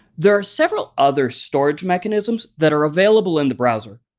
there are several other storage mechanisms that are available in the browser.